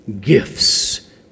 gifts